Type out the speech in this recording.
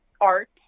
art